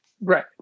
Right